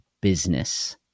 business